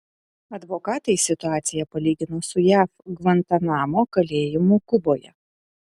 advokatai situaciją palygino su jav gvantanamo kalėjimu kuboje